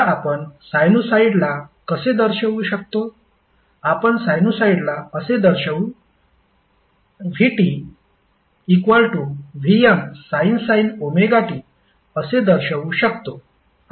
तर आपण साइनुसॉईडला कसे दर्शवू शकतो आपण साइनुसॉईडला vtVmsin ωt असे दर्शवू शकतो